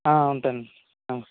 ఉంటానండి